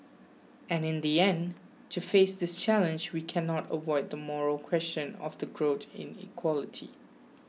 and in the end to face this challenge we cannot avoid the moral question of the growth inequality